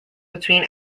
between